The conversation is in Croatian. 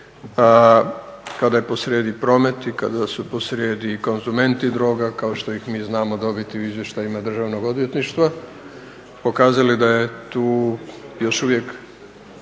kada je posrijedi promet i kada su posrijedi konzumenti droga, kao što ih mi znamo dobiti u izvještajima državnog odvjetništva, pokazali da je tu još uvijek